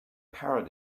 parrot